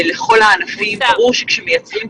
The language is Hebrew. שימור עובדים,